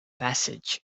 passage